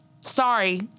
sorry